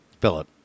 Philip